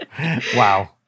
Wow